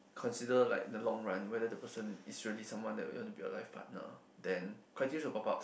consider like the long run whether the person is really someone that you want to be your life partner then criterias will popped out